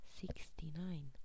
sixty-nine